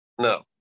No